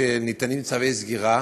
שניתנים צווי סגירה